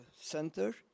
center